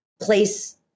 place